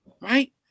right